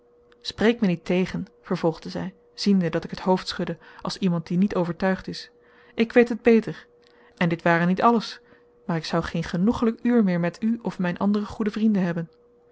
spreek mij niet tegen vervolgde zij ziende dat ik het hoofd schudde als iemand die niet overtuigd is ik weet het beter en dit ware niet alles maar ik zoû geen genoeglijk uur meer met u of mijn andere goede vrienden hebben